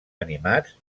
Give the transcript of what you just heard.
animats